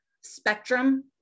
spectrum